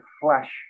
flash